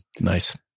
Nice